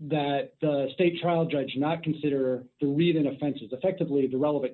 that the state trial judge not consider the reading offenses affectively the relevant